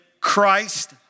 Christ